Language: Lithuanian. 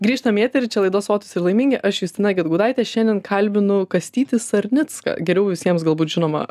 grįžtam į eterį čia laida sotūs ir laimingi aš justina gedgaudaitė šiandien kalbinu kastytį sarnicką geriau visiems galbūt žinomą